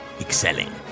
excelling